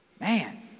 Man